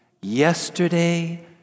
yesterday